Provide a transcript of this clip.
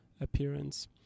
appearance